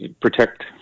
protect